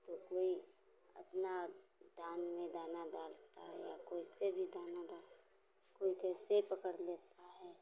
तो कोई अपना डालने दाना डालने के लिए ही तो उससे भी दाना डालने कोई ऐसे पकड़ लेता है